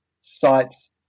sites